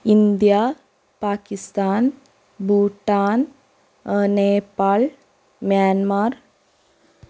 India Pakistan Bhutan Nepal Myanmar